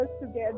together